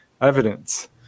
evidence